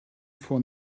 for